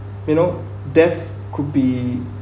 you know death could be